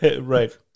Right